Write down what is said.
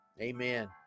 Amen